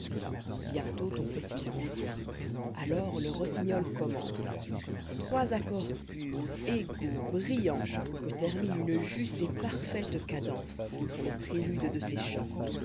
bientôt on fait silence alors le rossignol commence trois accords purs égaux brillants que termine une juste et parfaite cadence sont le prélude de ses chants